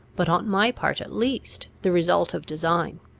but, on my part at least, the result of design.